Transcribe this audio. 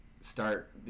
start